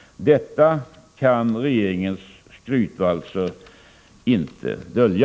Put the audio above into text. Detta kan regeringens skrytvalser inte dölja.